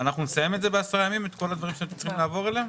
אנחנו נסיים בעשרה ימים את כל הדברים שאתם צריכים לעבור עליהם?